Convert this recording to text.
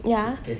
ya